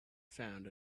found